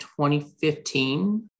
2015